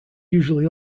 usually